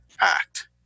act